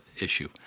issue